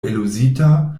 eluzita